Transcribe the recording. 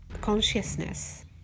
consciousness